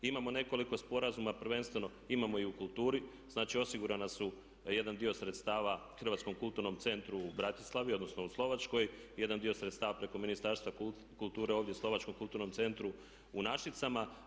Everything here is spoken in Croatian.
Imamo nekoliko sporazuma prvenstveno, imamo i u kulturi, znači osigurana su jedan dio sredstava Hrvatskom kulturnom centru u Bratislavi, odnosno u Slovačkoj, jedan dio sredstava prema Ministarstva kulture ovdje u Slovačkom kulturnom centru u Našicama.